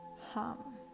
hum